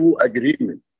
agreement